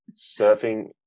surfing